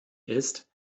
ist